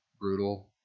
brutal